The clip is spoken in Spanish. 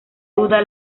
duda